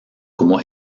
como